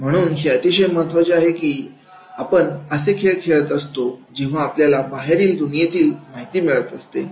म्हणून हे अतिशय महत्त्वाचे आहे की आपण असे खेळ खेळत असतो तेव्हा आपल्याला बाहेरील दुनियेतील माहिती मिळत असते